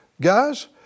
guys